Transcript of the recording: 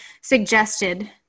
suggested